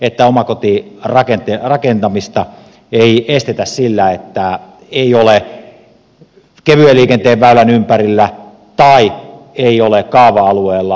samoin ei omakotirakentamista estetä sillä että tontti ei ole kevyen liikenteen väylän ympärillä tai ei ole kaava alueella